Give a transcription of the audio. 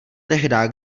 tehdá